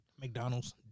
McDonald's